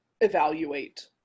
evaluate